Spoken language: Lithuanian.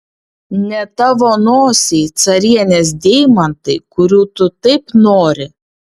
ne tavo nosiai carienės deimantai kurių tu taip nori